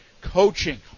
Coaching